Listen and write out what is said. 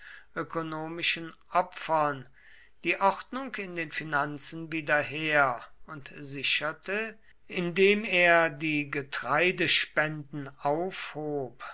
ökonomischen opfern die ordnung in den finanzen wieder her und sicherte indem er die